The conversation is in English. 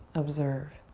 observe.